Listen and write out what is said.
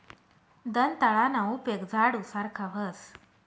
दंताळाना उपेग झाडू सारखा व्हस